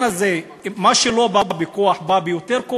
אתם גם חולמים חלומות על מדינה שלכם.